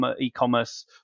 e-commerce